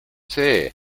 see